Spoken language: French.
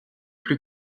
plus